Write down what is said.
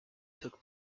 took